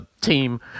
team